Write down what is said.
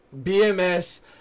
BMS